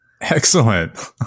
Excellent